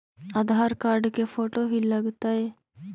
आधार card के photo भी लग तै?